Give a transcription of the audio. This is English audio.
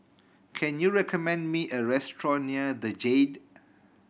can you recommend me a restaurant near The Jade